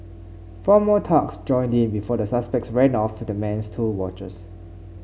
four more thugs joined in before the suspects ran off with the man's two watches